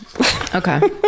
Okay